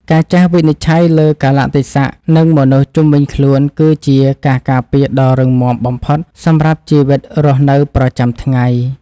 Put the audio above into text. ការចេះវិនិច្ឆ័យលើកាលៈទេសៈនិងមនុស្សជុំវិញខ្លួនគឺជាការការពារដ៏រឹងមាំបំផុតសម្រាប់ជីវិតរស់នៅប្រចាំថ្ងៃ។